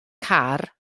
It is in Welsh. car